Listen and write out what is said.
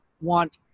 want